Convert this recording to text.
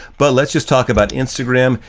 but let's just talk about instagram.